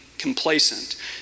complacent